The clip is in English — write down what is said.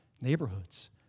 neighborhoods